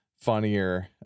funnier